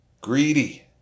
Greedy